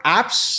apps